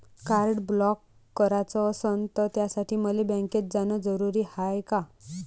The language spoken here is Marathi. कार्ड ब्लॉक कराच असनं त त्यासाठी मले बँकेत जानं जरुरी हाय का?